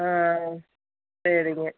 ஆ சரிங்க